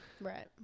right